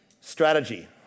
strategy